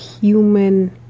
human